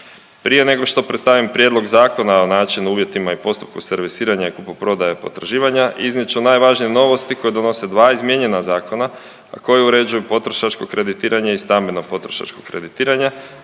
Prije nego što predstavim Prijedlog zakona o načinu, uvjetima i postupku servisiranja i kupoprodaje potraživanja iznijet ću najvažnije novosti koje donose dva izmijenjena zakona, a koji uređuju potrošačko kreditiranje i stambeno potrošačko kreditiranje,